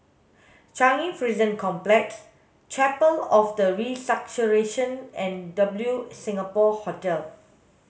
Changi Prison Complex Chapel of the Resurrection and W Singapore Hotel